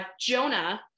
jonah